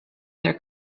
their